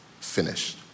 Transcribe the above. finished